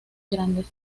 grandes